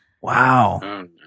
Wow